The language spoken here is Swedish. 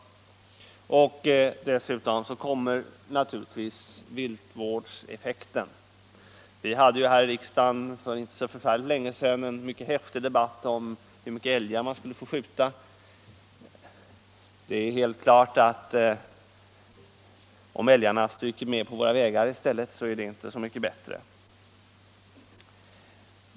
Dessutom bör viltvårdseffekten beaktas. Vi hade ju här i riksdagen för inte länge sedan en mycket häftig debatt om hur många älgar man skulle få skjuta. Att älgarna stryker med på våra vägar i stället är kanske inte så mycket bättre.